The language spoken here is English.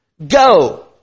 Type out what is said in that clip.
Go